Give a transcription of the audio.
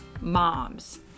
Moms